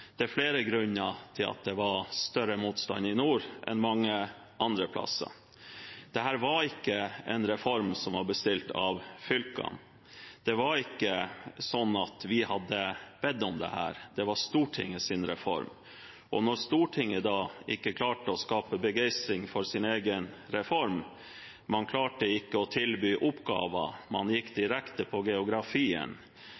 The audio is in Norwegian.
Det er flere grunner til at det var større motstand i nord enn mange andre plasser. Dette var ikke en reform som var bestilt av fylkene, det var ikke slik at vi hadde bedt om dette – det var Stortingets reform. Og når Stortinget ikke klarte å skape begeistring for sin egen reform – man klarte ikke å tilby oppgaver, man gikk